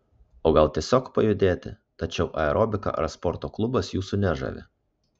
o gal tiesiog pajudėti tačiau aerobika ar sporto klubas jūsų nežavi